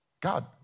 God